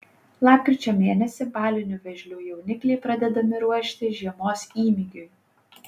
lapkričio mėnesį balinių vėžlių jaunikliai pradedami ruošti žiemos įmygiui